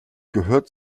gehört